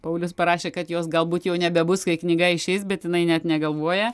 paulius parašė kad jos galbūt jau nebebus kai knyga išeis bet jinai net negalvoja